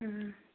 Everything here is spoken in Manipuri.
ꯎꯝ